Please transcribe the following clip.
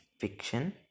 fiction